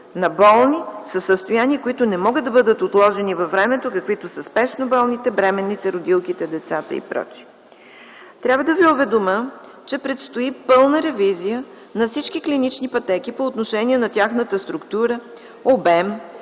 на болни със състояния, които не могат да бъдат отложени във времето, каквито са спешно болните, бременните, родилките, децата и пр. Трябва да ви уведомя, че предстои пълна ревизия на всички клинични пътеки по отношение на тяхната структура, обем,